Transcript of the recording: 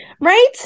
Right